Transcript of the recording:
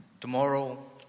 tomorrow